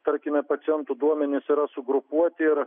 tarkime pacientų duomenys yra sugrupuoti ir